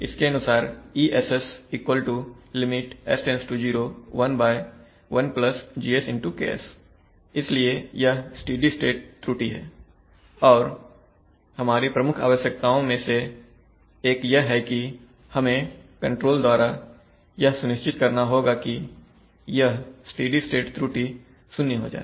इसके अनुसार ess Lim s→0 11GK इसलिए यह स्टेडी स्टेट त्रुटि है और हमारी प्रमुख आवश्यकताओं मैं से एक यह है कि हमें कंट्रोल के द्वारा यह सुनिश्चित करना होगा कि यह स्टडी स्टेट त्रुटि शून्य हो जाए